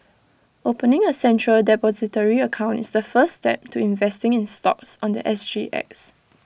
opening A central Depository account is the first step to investing in stocks on The S G X